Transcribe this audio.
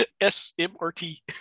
S-M-R-T